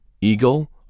eagle